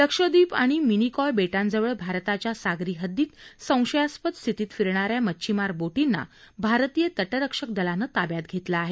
लक्षद्वीप आणि मिनिकॉय बेटांजवळ भारताच्या सागरी हद्दीत संशयास्पद स्थितीत फिरणाऱ्या मच्छिमार बोटींना भारतीय तटरक्षक दलानं ताब्यात घेतलं आहे